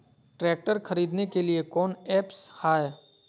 Tractor खरीदने के लिए कौन ऐप्स हाय?